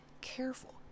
careful